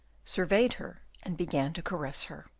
surveyed her and began to caress her.